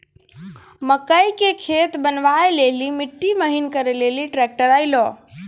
मकई के खेत बनवा ले ली मिट्टी महीन करे ले ली ट्रैक्टर ऐलो?